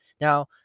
Now